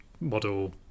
model